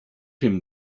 him